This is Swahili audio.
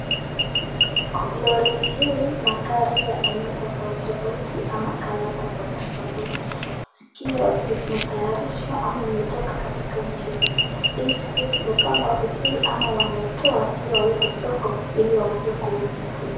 Lori hii magari ya aina tofauti tofauti ama colour tofauti tofauti zikiwa zimetayarishwa ama imetoka katika nchi hii, hii ikiwa zimepangwa vizuri ama wanaitoa ili waweke soko ili waweze kuuza.